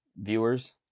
viewers